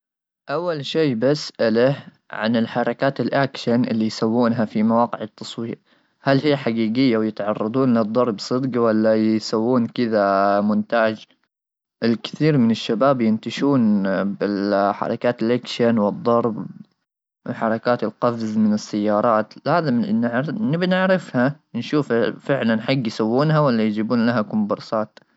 اول شيء بساله عن الحركات الاكشن اللي يسوونها في مواقع التصوير ,هل هي حقيقيه ويتعرضون الضرب صدق ,ولا يسوون كذا مونتاج ,الكثير من الشباب ينتشون بالحركات الاكشن والضرب ,حركات القفز من السيارات هذا نبي نعرفها نشوف فعلا حقي يسوونها, ولا يجيبونها لها كمبرسات.